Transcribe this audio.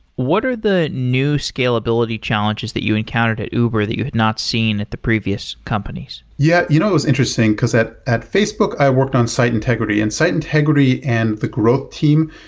what are the new scalability challenges that you encountered at uber that you had not seen at the previous companies? yeah. you know it was interesting, because at at facebook, i worked on site integrity, and site integrity and the growth team,